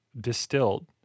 distilled